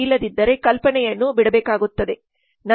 ಇಲ್ಲದಿದ್ದರೆ ಕಲ್ಪನೆಯನ್ನು ಬಿಡಬೇಕಾಗುತ್ತದೆ